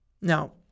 Now